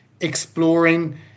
exploring